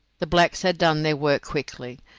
the blacks had done their work quickly.